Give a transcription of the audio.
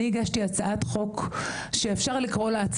אני הגשתי הצעת חוק שאפשר לקרוא לה,